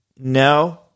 No